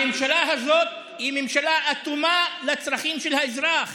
הממשלה הזאת היא ממשלה אטומה לצרכים של האזרח